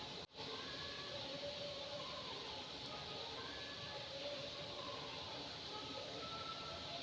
कर उगाही सं ही पता चलै छै की एक सालो मे कत्ते कर जमा होलो छै